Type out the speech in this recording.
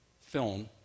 film